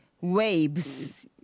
waves